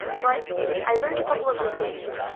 but i learned a couple of new things,